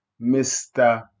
Mr